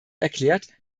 erklärt